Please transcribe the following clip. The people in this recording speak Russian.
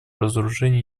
разоружению